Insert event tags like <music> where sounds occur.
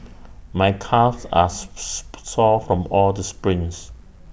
my calves are <noise> sore from all the sprints